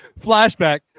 Flashback